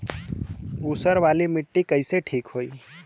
ऊसर वाली मिट्टी कईसे ठीक होई?